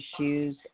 issues